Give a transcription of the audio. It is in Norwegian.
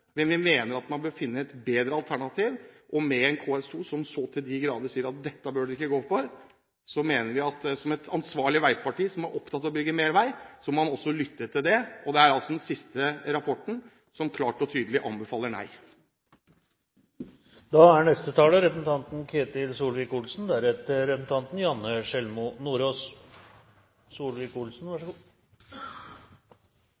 men vi mener at man må finne et bedre alternativ. Med en KS2 som så til de grader sier at dette bør man ikke gå for, mener vi at vi som et ansvarlig veiparti som er opptatt av å bygge mer vei, må lytte til det. Det er altså den siste rapporten som klart og tydelig anbefaler